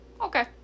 Okay